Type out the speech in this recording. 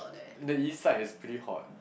the east side is pretty hot